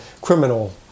criminal